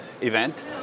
event